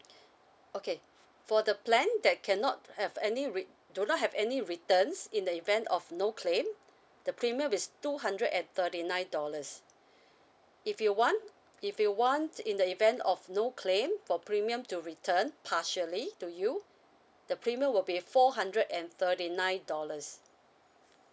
okay for the plan that cannot have any re~ do not have any returns in the event of no claim the premium is two hundred and thirty nine dollars if you want if you want in the event of no claim for premium to return partially to you the premium will be four hundred and thirty nine dollars